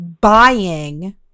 buying